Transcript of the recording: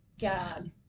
God